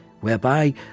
whereby